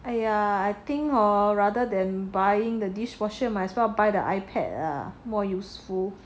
!aiya! I think hor rather than buying the dishwasher might as well buy the ipad ah more useful